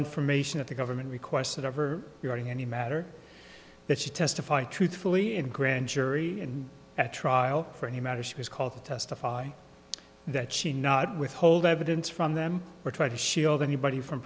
information of the government requested over during any matter that she testify truthfully in grand jury and at trial for any matter she was called to testify that she not withhold evidence from them or try to shield anybody from